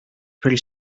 pretty